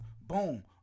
Boom